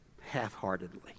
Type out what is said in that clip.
half-heartedly